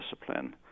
discipline